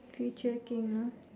future king ah